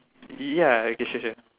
ya okay sure sure